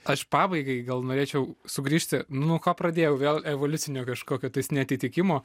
aš pabaigai gal norėčiau sugrįžti nuo ko pradėjau vėl evoliucinio kažkokio tais neatitikimo